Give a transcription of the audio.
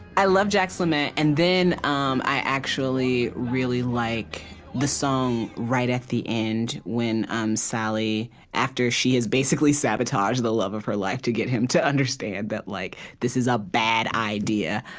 i love jack's lament. and then, um i actually really like the song right at the end, when um sally after she has basically sabotaged the love of her life to get him to understand that like this is a bad idea,